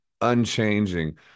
unchanging